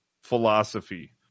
philosophy